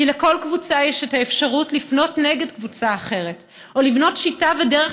כי לכל קבוצה יש אפשרות: לפנות נגד קבוצה אחרת או לבנות שיטה ודרך